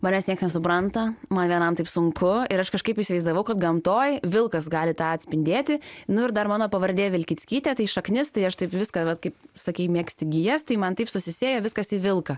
manęs nieks nesupranta man vienam taip sunku ir aš kažkaip įsivaizdavau kad gamtoj vilkas gali tą atspindėti nu ir dar mano pavardė vilkickytė tai šaknis tai aš taip viską vat kaip sakei mėgsti gijas tai man taip susisieja viskas į vilką